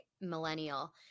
millennial